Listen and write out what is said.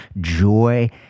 joy